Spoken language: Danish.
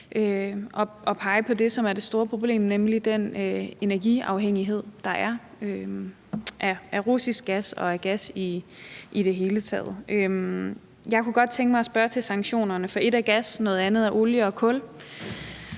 også peger på det, som er det store problem, nemlig den energiafhængighed, der er, af russisk gas og af gas i det hele taget. Jeg kunne godt tænke mig at spørge til sanktionerne, for ét er gas, noget andet er olie og kul.